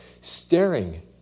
staring